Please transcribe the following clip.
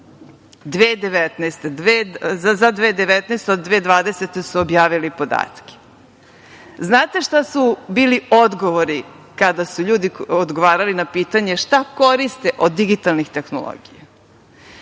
a 2020. godine su objavili podatke, znate šta su bili odgovori kada su ljudi odgovarali na pitanje – šta koriste od digitalnih tehnologija?